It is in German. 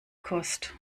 kost